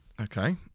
Okay